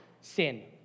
Sin